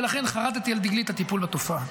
ולכן חרתי על דגלי את הטיפול בתופעה.